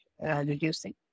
reducing